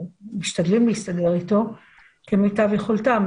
או משתדלים להסתדר איתו כמיטב יכולתם.